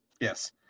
Yes